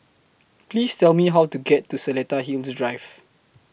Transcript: Please Tell Me How to get to Seletar Hills Drive